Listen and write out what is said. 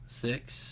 Six